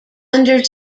under